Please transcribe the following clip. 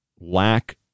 lack